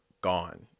gone